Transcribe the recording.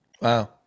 Wow